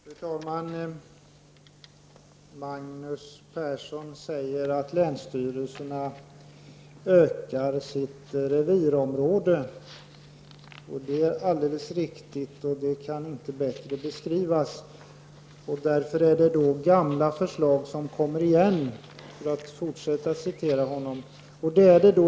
Fru talman! Magnus Persson sade att länsstyrelserna ökar sitt revirområde. Det är alldeles riktigt och kunde inte ha beskrivits bättre. Därför kommer gamla förslag tillbaka -- jag fortsätter alltså att referera vad han sade.